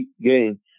game